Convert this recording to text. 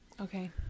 okay